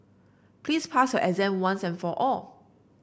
please pass your exam once and for all